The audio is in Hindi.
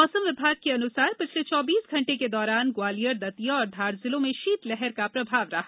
मौसम विभाग के अनुसार पिछले चौबीस घंटे के दौरान ग्वालियर दतिया और धार जिलों में शीत लहर का प्रभाव रहा